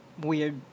weird